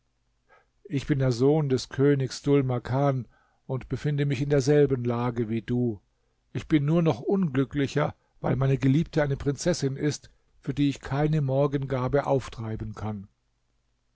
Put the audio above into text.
ich bin der sohn des königs dhul makan und befinde mich in derselben lage wie du ich bin nur noch unglücklicher weil meine geliebte eine prinzessin ist für die ich keine morgengabe auftreiben kann